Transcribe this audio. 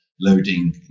loading